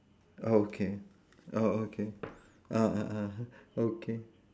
okay oh okay ah ah ah okay